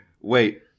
Wait